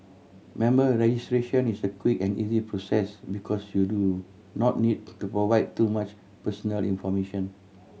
member registration is a quick and easy process because you do not need to provide too much personal information